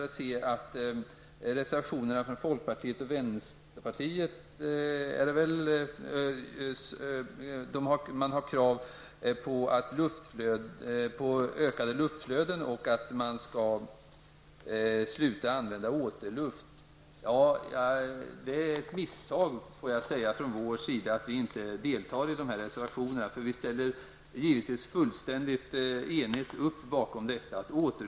Jag finner det intressant att folkpartiet och vänsterpartiet ställer krav på ökade luftflöden, dvs. att man skall sluta använda återluft. Det är ett misstag från vår sida att vi inte deltar dessa reservationer. Vi ställer givetvis upp på dem till fullo.